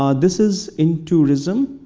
um this is in tourism.